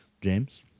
James